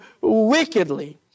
wickedly